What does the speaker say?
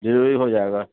delivery ہو جائے گا